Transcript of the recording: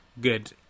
Good